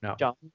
No